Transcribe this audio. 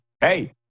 Hey